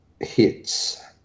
hits